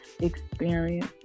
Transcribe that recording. experience